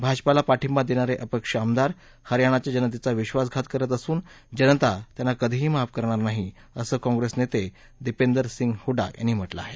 भाजपाला पाठिंबा देणारे अपक्ष आमदार हरयाणाच्या जनतेचा विधासघात करत असून जनता त्यांना कधीही माफ करणार नाही असं काँग्रेस नेते दीपेंदर सिंग हुडा यांनी म्हटलं आहे